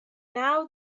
now